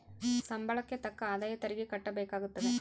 ಸಂಬಳಕ್ಕೆ ತಕ್ಕ ಆದಾಯ ತೆರಿಗೆ ಕಟ್ಟಬೇಕಾಗುತ್ತದೆ